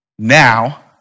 Now